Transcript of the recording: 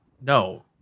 no